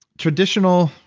traditional